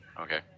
Okay